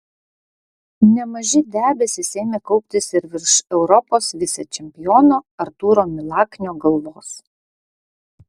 nemaži debesys ėmė kauptis ir virš europos vicečempiono artūro milaknio galvos